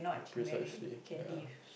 precisely ya